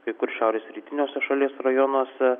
kai kur šiaurės rytiniuose šalies rajonuose